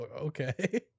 okay